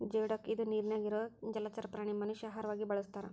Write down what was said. geoduck ಇದ ನೇರಿನ್ಯಾಗ ಇರು ಜಲಚರ ಪ್ರಾಣಿ ಮನಷ್ಯಾ ಆಹಾರವಾಗಿ ಬಳಸತಾರ